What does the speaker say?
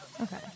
Okay